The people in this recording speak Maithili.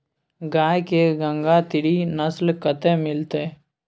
गाय के गंगातीरी नस्ल कतय मिलतै?